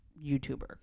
YouTuber